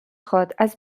خواد، از